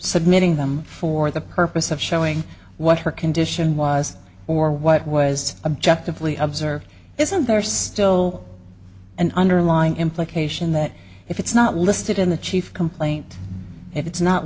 submitting them for the purpose of showing what her condition was or what was objective lee observed isn't there still an underlying implication that if it's not listed in the chief complaint if it's not